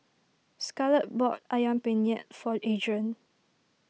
Scarlett bought Ayam Penyet for Adrian